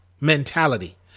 mentality